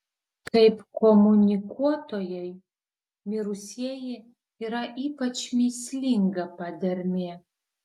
kaip komunikuotojai mirusieji yra ypač mįslinga padermė